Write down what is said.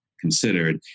considered